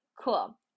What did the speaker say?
cool